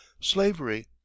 slavery